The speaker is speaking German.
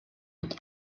mit